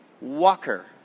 walker